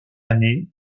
année